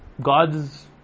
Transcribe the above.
God's